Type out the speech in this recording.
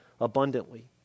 abundantly